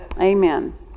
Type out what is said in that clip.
Amen